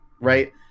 right